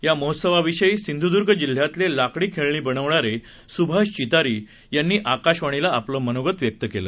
या महोत्सवाविषयी सिंधुदूर्ग जिल्ह्यातले लाकडी खेळणी बनवणारे सुभाष चितारी यांनी आकाशवाणीला सांगितलं